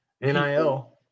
NIL